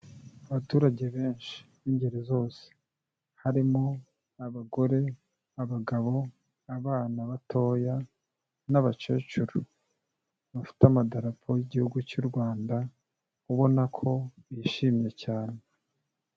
Abaturage benshi b'ingeri zose, harimo abagore, abagabo, abana batoya n'abakecuru, bafite amadarapo y'Igihugu cy'u Rwanda ubona ko bishimye cyane.